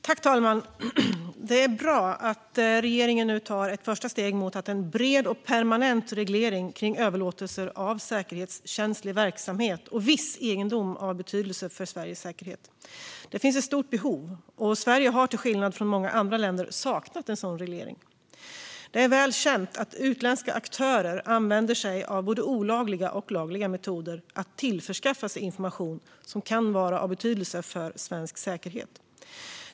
Fru talman! Det är bra att regeringen nu tar ett första steg mot en bred och permanent reglering av överlåtelser av säkerhetskänslig verksamhet och viss egendom av betydelse för Sveriges säkerhet. Det finns ett stort behov av det, och Sverige har till skillnad från många andra länder saknat en sådan reglering. Det är väl känt att utländska aktörer använder sig av både olagliga och lagliga metoder för att tillförskaffa sig information som kan vara av betydelse för svensk säkerhet.